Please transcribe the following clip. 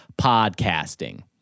podcasting